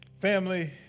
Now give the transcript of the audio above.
Family